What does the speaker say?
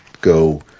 go